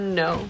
no